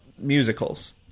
Musicals